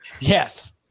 yes